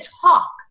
talk